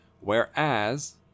Whereas